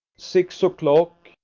six o'clock,